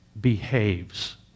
behaves